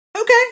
Okay